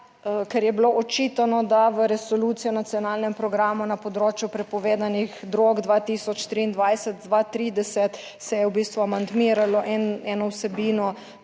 ker je bilo očitano, da v resoluciji o nacionalnem programu na področju prepovedanih drog 2023-2030 se je v bistvu amandmiralo eno vsebino